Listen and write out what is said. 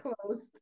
closed